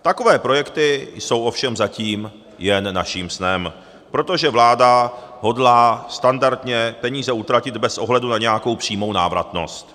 Takové projekty jsou ovšem zatím jen naším snem, protože vláda hodlá standardně peníze utratit bez ohledu na nějakou přímou návratnost.